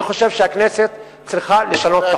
אני חושב שהכנסת צריכה לשנות את החוק.